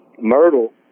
Myrtle